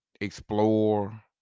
explore